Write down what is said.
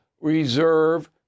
reserve